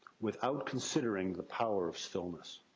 without considering the power of stillness.